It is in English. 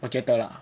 okay 的啦